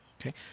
okay